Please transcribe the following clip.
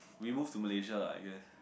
we move to Malaysia lah I think